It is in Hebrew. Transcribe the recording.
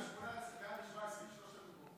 117, גם היושבת-ראש פה.